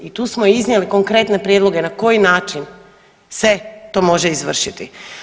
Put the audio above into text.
I tu smo iznijeli konkretne prijedloge na koji način se to može izvršiti.